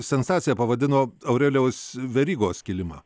sensacija pavadino aurelijaus verygos kilimą